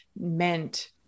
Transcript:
meant